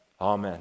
Amen